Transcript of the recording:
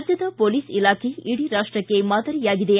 ರಾಜ್ಯದ ಪೊಲೀಸ್ ಇಲಾಖೆ ಇಡಿ ರಾಷ್ಟಕ್ಕೆ ಮಾದರಿಯಾಗಿದೆ